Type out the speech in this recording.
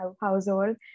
household